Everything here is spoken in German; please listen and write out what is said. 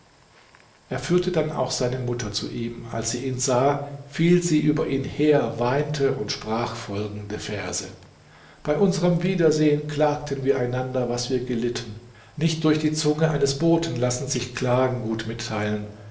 er führte dann auch seine mutter zu ihm als sie ihn sah fiel sie über ihn her weinte und sprach folgende verse bei unserem wiedersehen klagten wir einander was wir gelitten nicht durch die zunge eines boten lassen sich klagen gut mitteilen